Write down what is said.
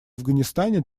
афганистане